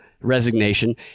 resignation